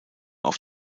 auf